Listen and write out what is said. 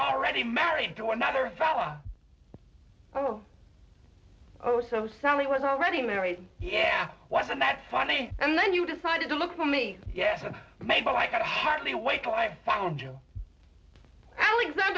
already married to another fella oh oh so soundly was already married yeah wasn't that funny and then you decided to look for me yes mable i could hardly wait till i found you ale